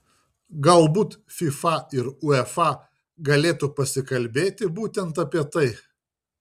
galbūt fifa ir uefa galėtų pasikalbėti būtent apie tai